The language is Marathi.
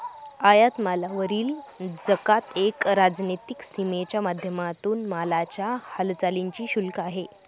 आयात मालावरील जकात एक राजनीतिक सीमेच्या माध्यमातून मालाच्या हालचालींच शुल्क आहे